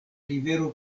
rivero